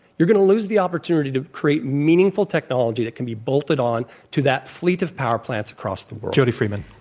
you're going to lose the opportunity to create meaningful technology that can be bolted on to that fleet of power plants across the world. jody freeman.